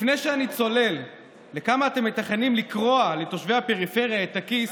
לפני שאני צולל לכמה אתם מתכננים לקרוע לתושבי הפריפריה את הכיס,